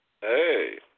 Hey